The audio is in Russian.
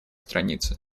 страницы